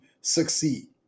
succeed